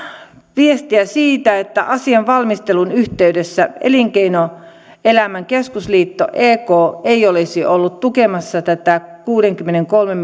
viestiä siitä että asian valmistelun yhteydessä elinkeinoelämän keskusliitto ek ei olisi ollut tukemassa tätä kuudenkymmenenkolmen